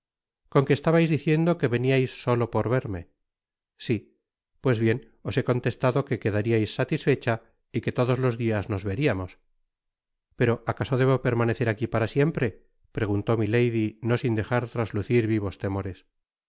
con qué estabais diciendo que veniais solo por verme si pues bien os he contestado que quedariais satisfecha y que todos los dias nos veriamos pero acaso debo permanecer aqui para siempre preguntó milady no sin dejar traslucir vivos temores